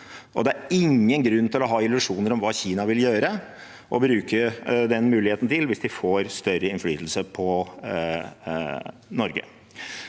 Det er ingen grunn til å ha illusjoner om hva Kina vil gjøre og bruke den muligheten til hvis de får større innflytelse på Norge.